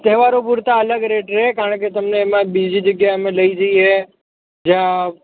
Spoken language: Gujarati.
તહેવારો પૂરતાં અલગ રેટ રહે કારણકે તમને એમાં બીજી જગ્યાએ અમે લઇ જઈએ જ્યાં